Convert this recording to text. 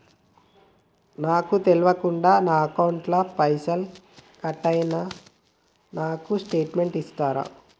నాకు తెల్వకుండా నా అకౌంట్ ల పైసల్ కట్ అయినై నాకు స్టేటుమెంట్ ఇస్తరా?